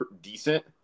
decent